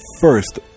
first